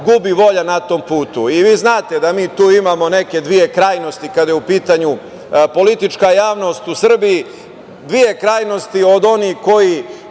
gubi volja na tom putu. I vi znate da mi tu imamo neke dve krajnosti kada je u pitanju politička javnost u Srbiji, dve krajnosti, od onih koji